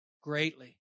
greatly